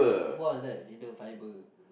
what was that inner fibre